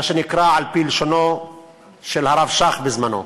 מה שנקרא, על-פי לשונו של הרב שך בזמנו.